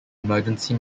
emergency